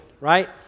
right